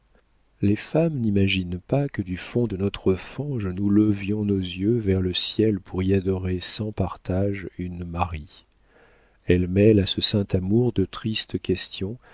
les femmes n'imaginent pas que du fond de notre fange nous levions nos yeux vers le ciel pour y adorer sans partage une marie elles mêlent à ce saint amour de tristes questions